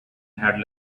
had